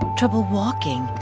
trouble walking.